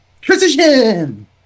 Transition